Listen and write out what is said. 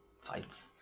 fights